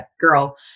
girl